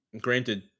granted